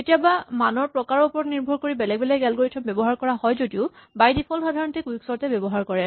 কেতিয়াবা মানৰ প্ৰকাৰৰ ওপৰত নিৰ্ভৰ কৰি বেলেগ বেলেগ এলগৰিথম ব্যৱহাৰ কৰা হয় যদিও বাই ডিফল্ট সাধাৰণতে কুইকচৰ্ট এই ব্যৱহাৰ কৰে